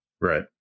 Right